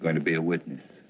going to be a witness